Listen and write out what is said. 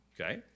okay